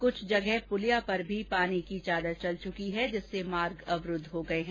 कुछ जगह पुलिया पर भी पानी की चादर चल चुकी है जिससे मार्ग अवरुद्ध हो गया है